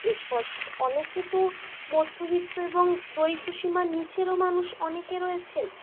এরপর অনেকে তো মধ্যবিত্ত এবং দরিদ্র সীমার নীচেরও মানুষ অনেকে রয়েছেন